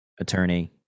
attorney